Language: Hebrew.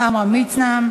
עמרם מצנע.